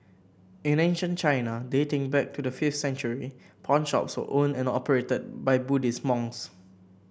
in ancient China dating back to the fifth century pawnshops were owned and operated by Buddhist monks